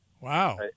Wow